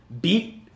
beat